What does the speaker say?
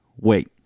Wait